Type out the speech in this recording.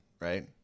right